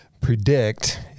predict